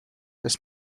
this